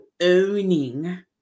owning